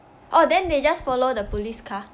oh then they just follow the police care